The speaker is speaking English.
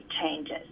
changes